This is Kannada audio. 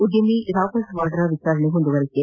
ಉದ್ಯಮಿ ರಾಬರ್ಟ್ ವಾದಾ ಅವರ ವಿಚಾರಣೆ ಮುಂದುವರಿಕೆ